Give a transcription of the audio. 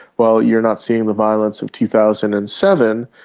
while you're not seeing the violence of two thousand and seven,